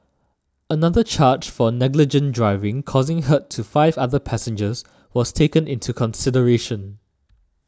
another charge for negligent driving causing hurt to five other passengers was taken into consideration